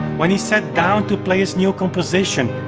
when he sat down to play his new composition,